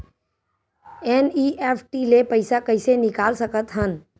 NEFT ले पईसा कइसे निकाल सकत हन?